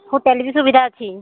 hotel ବି ସୁବିଧା ଅଛି